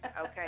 Okay